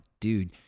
dude